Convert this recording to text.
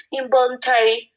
involuntary